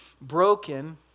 broken